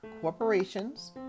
corporations